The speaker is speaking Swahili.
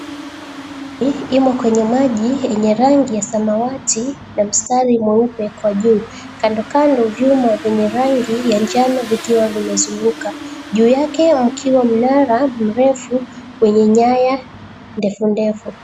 ....imo kwenye maji yenye rangi ya samawati na mistari meupe kwa juu kandokando vyuma vyenye rangi ya njano vikiwa vimezunguka. Juu yake mkiwa mnara mrefu wenye nyaya ndefu ndefu.